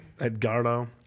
Edgardo